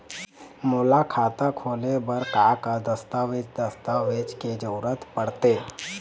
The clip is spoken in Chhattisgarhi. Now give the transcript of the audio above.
मोला खाता खोले बर का का दस्तावेज दस्तावेज के जरूरत पढ़ते?